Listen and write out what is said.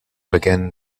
began